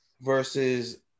versus